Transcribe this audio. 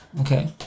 Okay